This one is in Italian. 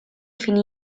finì